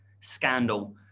scandal